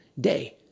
day